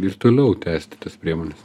ir toliau tęsti tas priemones